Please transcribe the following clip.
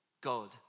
God